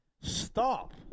stop